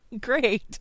Great